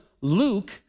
Luke